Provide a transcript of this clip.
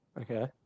Okay